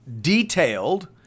detailed